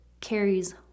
carries